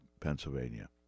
Pennsylvania